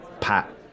pat